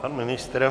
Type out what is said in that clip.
Pan ministr?